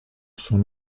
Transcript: son